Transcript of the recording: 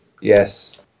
Yes